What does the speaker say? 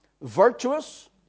virtuous